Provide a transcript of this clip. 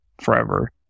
forever